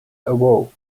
awoke